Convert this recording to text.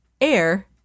air